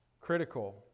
critical